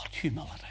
humility